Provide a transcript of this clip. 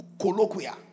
colloquial